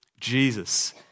Jesus